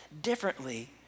differently